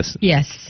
yes